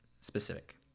specific